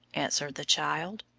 answered the child.